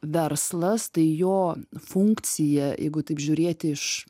verslas tai jo funkcija jeigu taip žiūrėti iš